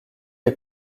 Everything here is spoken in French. est